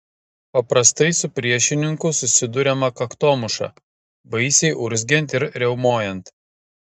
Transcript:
paprastai su priešininku susiduriama kaktomuša baisiai urzgiant ir riaumojant